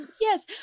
Yes